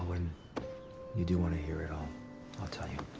when you do wanna hear it, i'll i'll tell you.